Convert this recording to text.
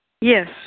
Yes